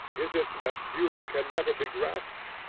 is it that beauty can never be grasped?